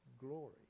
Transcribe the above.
glory